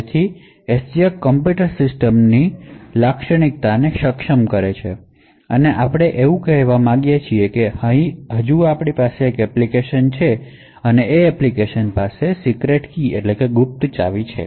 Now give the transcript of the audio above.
SGX enable computer સિસ્ટમકઇંક આવી હશે અને આપણી પાસે એક એપ્લિકેશન છે અને આ એપ્લિકેશન પાસે સીક્રેટકી છે